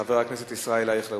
חבר הכנסת ישראל אייכלר,